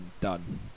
done